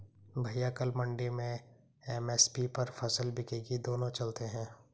भैया कल मंडी में एम.एस.पी पर फसल बिकेगी दोनों चलते हैं